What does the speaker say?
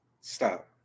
Stop